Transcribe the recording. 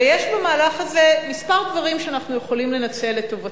ויש במהלך הזה כמה דברים שאנחנו יכולים לנצל לטובתנו,